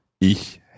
Ich